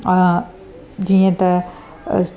अ जीअं त अस्त